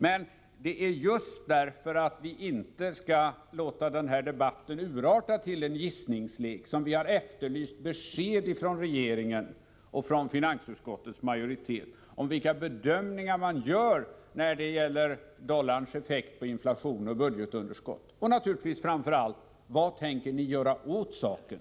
Men det är just därför att vi inte skall låta den här debatten urarta till en gissningslek som vi har efterlyst besked från regeringen och från finansutskottets majoritet om vilka bedömningar man gör när det gäller dollarns effekt på inflation och budgetunderskott, och naturligtvis framför allt: Vad tänker ni göra åt saken?